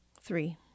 Three